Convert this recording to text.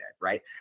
right